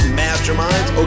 masterminds